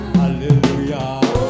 hallelujah